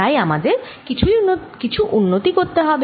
তাই আমাদের কিছু উন্নতি করতে হবে